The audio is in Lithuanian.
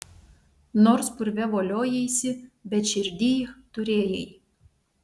nors purve voliojaisi bet širdyj turėjai